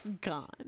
gone